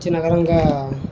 మంచి నగరంగా